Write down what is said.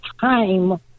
time